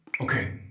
okay